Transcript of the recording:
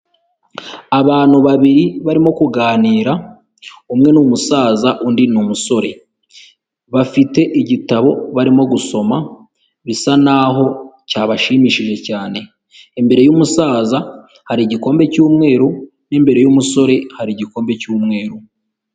Abantu babiri barimo kuganira umwe n'umusaza undi ni umusore, bafite igitabo barimo gusoma bisa naho cyabashimishije cyane imbere y'umusaza hari igikombe cy'umweru n'imbere y'umusore hari igikombe cy'umweru.